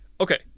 Okay